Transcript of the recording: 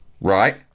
right